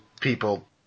people